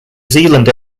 zealand